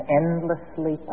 endlessly